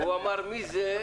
אני מסכים איתך,